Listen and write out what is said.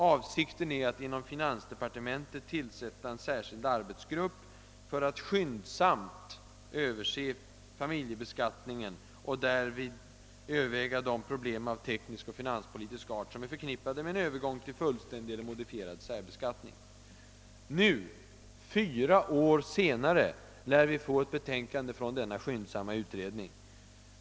Finansministern avsåg att tillsätta en särskild arbetsgrupp inom «departementet för att skyndsamt överse familjebeskattningen och därvid överväga de problem av teknisk och finanspolitisk art som är förknippade med en övergång till fullständig eller modifierad särbeskattning. Nu — fyra år senare — lär vi få ett betänkande från denna »skyndsamma» utredning.